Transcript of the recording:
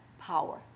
power